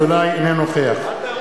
אינו נוכח אל תבואו למאהל.